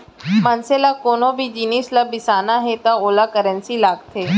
मनसे ल कोनो भी जिनिस ल बिसाना हे त ओला करेंसी लागथे